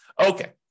Okay